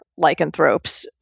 lycanthropes